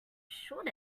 should